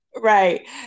Right